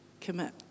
commit